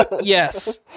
Yes